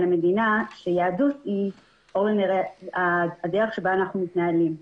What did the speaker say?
אלא מדינה שיהדות היא הדרך שבה אנחנו מתנהלים.